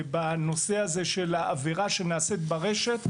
ובנושא הזה של העבירה שנעשית ברשת,